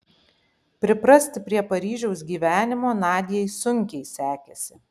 priprasti prie paryžiaus gyvenimo nadiai sunkiai sekėsi